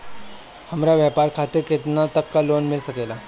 हमरा व्यापार खातिर केतना तक लोन मिल सकेला?